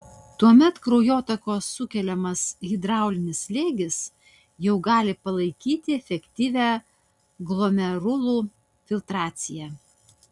tuomet kraujotakos sukeliamas hidraulinis slėgis jau gali palaikyti efektyvią glomerulų filtraciją